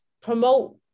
promote